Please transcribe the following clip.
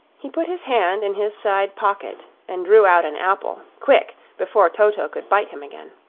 he put his hand in his side-pocket and drew out an apple quick, before toto could bite him again.